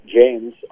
James